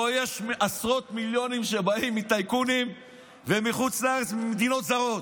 פה יש עשרות מיליונים שבאים מטייקונים ומחוץ לארץ ממדינות זרות,